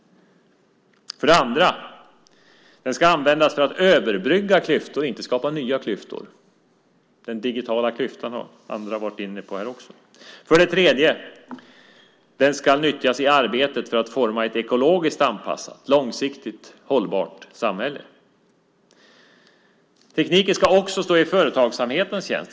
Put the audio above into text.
För det andra ska tekniken användas för att överbrygga klyftor och inte skapa nya klyftor. Andra har här varit inne på den digitala klyftan. För det tredje ska tekniken nyttjas i arbetet för att forma ett ekologiskt anpassat långsiktigt hållbart samhälle. Tekniken ska också stå i företagsamhetens tjänst.